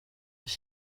iki